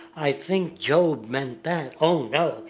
i think job meant that. oh no!